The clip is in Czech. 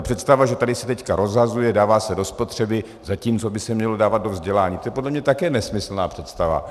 Představa, že se tady teď rozhazuje, dává se do spotřeby, zatímco by se mělo dávat do vzdělání, to je podle mě také nesmyslná představa.